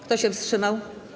Kto się wstrzymał?